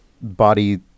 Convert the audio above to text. body